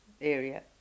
area